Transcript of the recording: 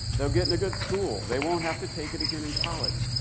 they'll get in a good school. they won't have to take it again in college.